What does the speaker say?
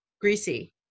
greasy